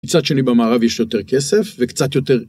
מצד שני במערב יש יותר כסף וקצת יותר